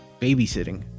babysitting